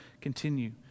continue